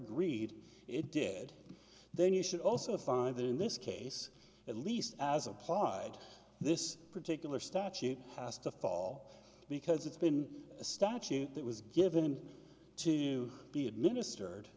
agreed it did then you should also find that in this case at least as applied this particular statute has to fall because it's been a statute that was given to be administered